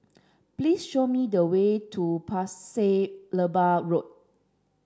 please show me the way to Pasir Laba Road